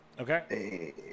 Okay